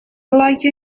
like